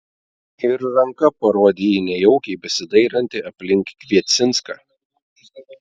ir ranka parodė į nejaukiai besidairantį aplink kviecinską